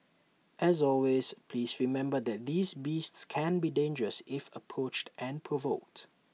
as always please remember that these beasts can be dangerous if approached and provoked